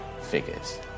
figures